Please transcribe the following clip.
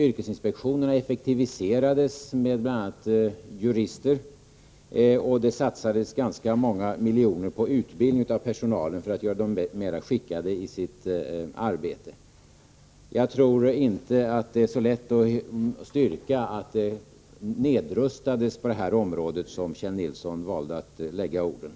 Yrkesinspektionen effektiviserades med bl.a. jurister, och det satsades ganska många miljoner på utbildning av personalen, för att göra den mera skickad i sitt arbete. Jag tror inte att det är så lätt att styrka att det nedrustades på det här området, som Kjell Nilsson valde att lägga orden.